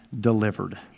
delivered